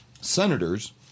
senators